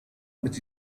mit